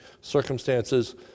circumstances